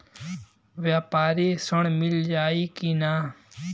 व्यापारी ऋण मिल जाई कि ना?